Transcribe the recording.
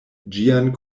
ĝian